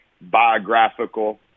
biographical